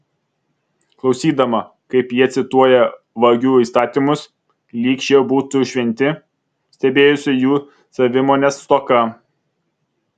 klausydama kaip jie cituoja vagių įstatymus lyg šie būtų šventi stebėjosi jų savimonės stoka